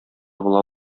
була